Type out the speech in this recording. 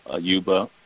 Yuba